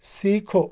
سِیکھو